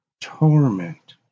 torment